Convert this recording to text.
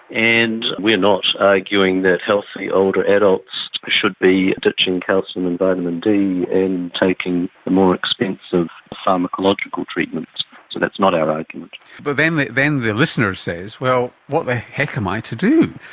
and we are not arguing that healthy older adults should be ditching calcium and vitamin d and taking the more expensive pharmacological treatments, so that's not our argument. but then the then the listener says, well, what the heck am i to do?